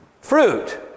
fruit